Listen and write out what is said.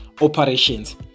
operations